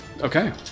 Okay